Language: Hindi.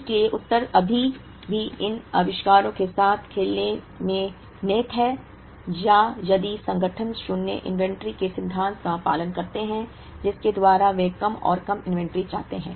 इसलिए उत्तर अभी भी इन आविष्कारों के साथ खेलने में निहित है या यदि संगठन शून्य इन्वेंट्री के सिद्धांत का पालन करते हैं जिसके द्वारा वे कम और कम इन्वेंट्री चाहते हैं